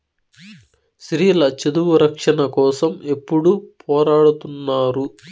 స్త్రీల చదువు రక్షణ కోసం ఎప్పుడూ పోరాడుతున్నారు